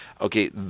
okay